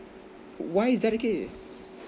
why is that the case